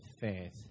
faith